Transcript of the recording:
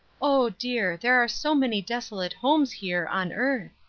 oh dear! there are so many desolate homes here, on earth!